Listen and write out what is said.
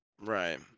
Right